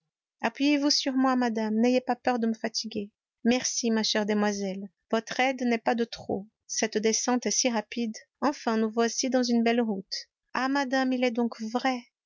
appuyez-vous sur moi madame n'ayez pas peur de me fatiguer merci ma chère demoiselle votre aide n'est pas de trop cette descente est si rapide enfin nous voici dans une belle route ah madame il est donc vrai